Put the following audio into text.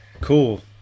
Cool